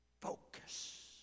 Focus